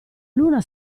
luna